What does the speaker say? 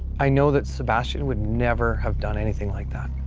i know that sebastian would never have done anything like that.